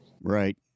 Right